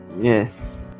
Yes